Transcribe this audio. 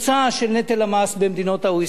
של נטל המס של מדינות ה-OECD.